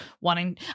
wanting